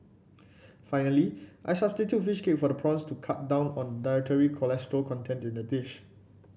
finally I substitute fish cake for the prawns to cut down on the dietary cholesterol content in the dish